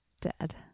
Dead